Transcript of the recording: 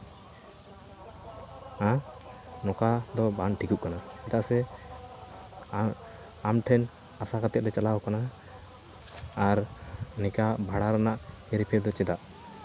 ᱦᱮᱸ ᱱᱚᱝᱠᱟ ᱫᱚ ᱵᱟᱝ ᱴᱷᱤᱠᱚᱜ ᱠᱟᱱᱟ ᱪᱮᱫᱟᱜ ᱥᱮ ᱟᱢ ᱟᱢ ᱴᱷᱮᱱ ᱟᱥᱟ ᱠᱟᱛᱮᱫ ᱞᱮ ᱪᱟᱞᱟᱣ ᱠᱟᱱᱟ ᱟᱨ ᱱᱤᱝᱠᱟᱹ ᱵᱷᱟᱲᱟ ᱨᱮᱱᱟᱜ ᱦᱮᱨᱯᱷᱮᱨ ᱫᱚ ᱪᱮᱫᱟᱜ